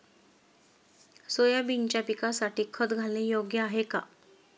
सोयाबीनच्या पिकासाठी खत घालणे योग्य आहे का?